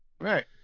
Right